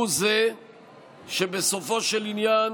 הוא שבסופו של עניין